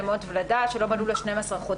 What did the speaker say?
למות ולדה שלא מלאו לו 12 חודשים.